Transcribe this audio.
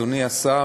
אדוני השר,